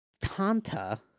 Tanta